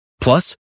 Plus